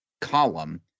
column